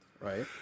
Right